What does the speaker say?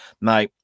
Now